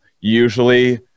usually